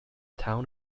town